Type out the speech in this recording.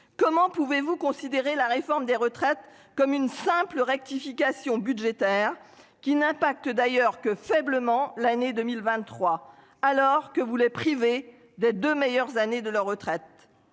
comment pouvez vous considérez la réforme des retraites comme une simple rectification budgétaire qui n'impacte d'ailleurs que faiblement l'année 2023, alors que vous privés des 2 meilleures années de leur retraite.